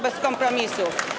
Bez kompromisów˝